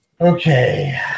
Okay